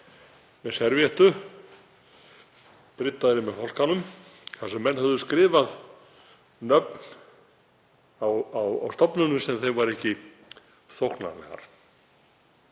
með servíettu, bryddaðri með fálkanum, þar sem menn hefðu skrifað nöfn á stofnunum sem þeim væru ekki þóknanlegar.